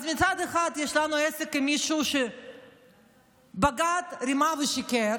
אז מצד אחד יש לנו עסק עם מישהו שבגד, רימה ושיקר,